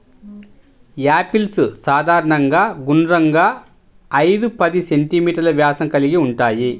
apples సాధారణంగా గుండ్రంగా, ఐదు పది సెం.మీ వ్యాసం కలిగి ఉంటాయి